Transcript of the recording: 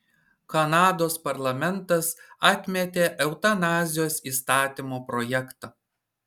kanados parlamentas atmetė eutanazijos įstatymo projektą